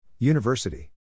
University